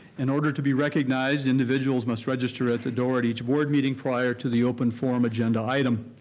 in order to be recognized, individuals must register at the door at each board meeting prior to the open forum agenda item.